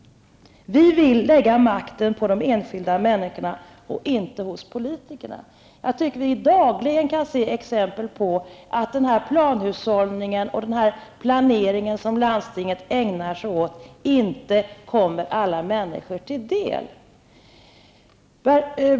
Vi vill lägga makten hos de enskilda människorna, inte hos politikerna. Man kan dagligen se exempel på att planhushållningen och den planering som landstinget ägnar sig åt inte kommer alla människor till del.